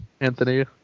anthony